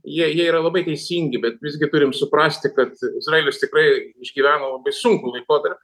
jie jie yra labai teisingi bet visgi turime suprasti kad izraelis tikrai išgyveno labai sunkų laikotarpį